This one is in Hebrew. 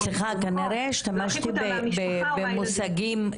וזה להרחיק אותה מהמשפחה ומהילדים.